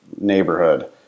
neighborhood